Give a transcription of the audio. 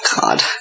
God